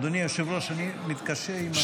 אדוני היושב-ראש, אני מתקשה עם הרעש.